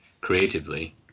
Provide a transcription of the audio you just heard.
creatively